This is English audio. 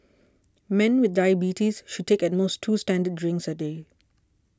men with diabetes should take at most two standard drinks a day